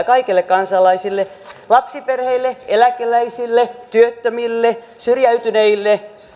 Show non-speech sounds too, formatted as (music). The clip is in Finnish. (unintelligible) kaikille kansalaisille lapsiperheille eläkeläisille työttömille syrjäytyneille